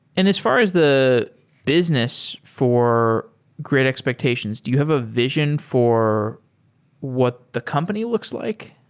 and as far as the business for great expectations, do you have a vision for what the company looks like?